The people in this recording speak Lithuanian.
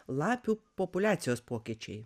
lapių populiacijos pokyčiai